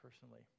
personally